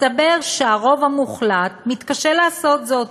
מסתבר שהרוב המוחלט מתקשה לעשות זאת,